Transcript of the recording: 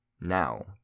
Now